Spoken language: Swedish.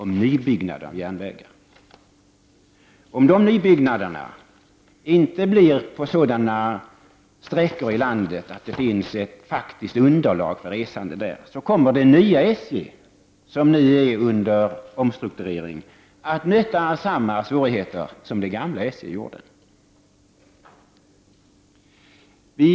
Om nybyggnaden av järnvägar inte gäller sådana sträckor i landet där det finns ett faktiskt resandeunderlag, kommer det nya SJ — det SJ som nu är föremål för omstrukturering — att möta samma svårigheter som det gamla SJ stötte på.